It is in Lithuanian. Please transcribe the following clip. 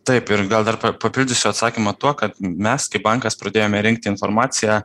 taip ir gal dar pa papildysiu atsakymą tuo kad mes kaip bankas pradėjome rinkti informaciją